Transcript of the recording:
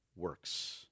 works